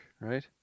right